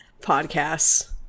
podcasts